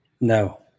No